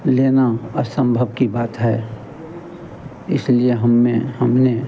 लेना असंभब की बात है इसलिए हमने हमने